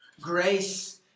Grace